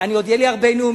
איפה היא עשתה את המבחנים?